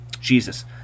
Jesus